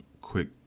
quick